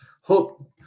Hope